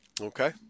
Okay